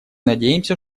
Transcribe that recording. надеемся